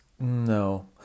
No